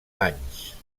anys